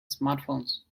smartphones